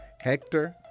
Hector